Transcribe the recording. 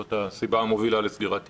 זאת הסיבה המובילה לסגירת תיקים.